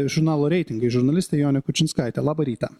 žurnalo reitingai žurnalistė jonė kučinskaitė labą rytą